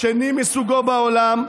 שני מסוגו בעולם,